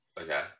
Okay